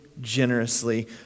generously